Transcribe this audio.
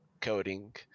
Coding